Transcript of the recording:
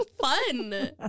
fun